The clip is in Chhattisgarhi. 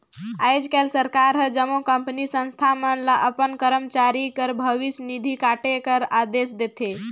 आएज काएल सरकार हर जम्मो कंपनी, संस्था मन ल अपन करमचारी कर भविस निधि काटे कर अदेस देथे